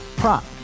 prop